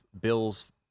Bills